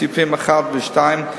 סעיפים 1 ו-2(1)